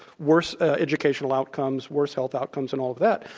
worse educational outcomes, worse health outcomes and all of that,